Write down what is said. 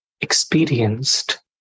experienced